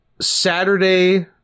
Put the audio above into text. Saturday